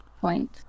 point